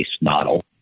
model